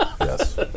yes